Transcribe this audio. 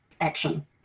action